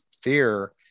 fear